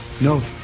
No